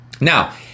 Now